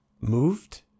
moved